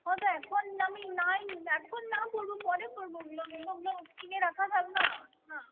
হ্যাঁ তো এখন আমি নাই এখন না পরব পরে পরব ওগুলো ওগুলো কিনে রাখা থাক না হ্যাঁ